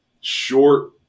short